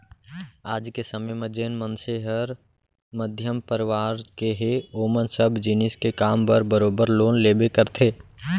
आज के समे म जेन मनसे हर मध्यम परवार के हे ओमन सब जिनिस के काम बर बरोबर लोन लेबे करथे